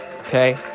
Okay